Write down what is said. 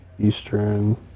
eastern